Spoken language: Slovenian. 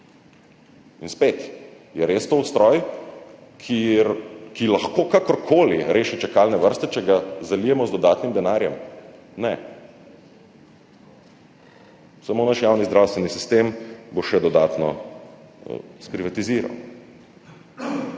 In spet, je res to ustroj, ki lahko kakorkoli reši čakalne vrste, če ga zalijemo z dodatnim denarjem? Ne. Samo naš javni zdravstveni sistem bo še dodatno sprivatiziral.